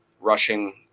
rushing